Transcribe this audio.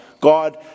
God